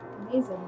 Amazing